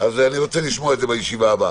אז אני רוצה לשמוע את זה בישיבה הבאה.